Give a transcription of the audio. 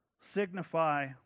signify